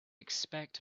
expect